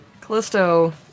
Callisto